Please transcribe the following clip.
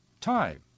time